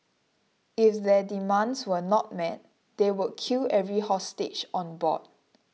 if their demands were not met they would kill every hostage on board